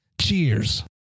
Cheers